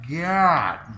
god